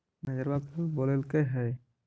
मैनेजरवा कल बोलैलके है?